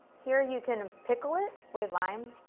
here you can pickle it with lime.